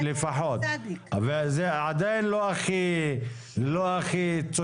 וזה עדיין לא הכי צודק,